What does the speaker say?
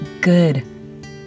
good